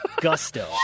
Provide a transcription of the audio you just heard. gusto